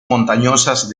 montañosas